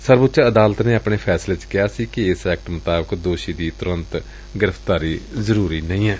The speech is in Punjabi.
ਸਰਵਉੱਚ ਅਦਾਲਤ ਨੇ ਆਪਣੇ ਫੈਸਲੇ ਚ ਕਿਹਾ ਸੀ ਇਸ ਐਕਟ ਮੁਤਾਬਿਕ ਦੋਸ਼ੀ ਦੀ ਤੁਰੰਤ ਗ੍ਰਿਫ਼ਤਾਰੀ ਜ਼ਰੂਰੀ ਨਹੀਂ ਏ